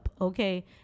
okay